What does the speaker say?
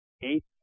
eight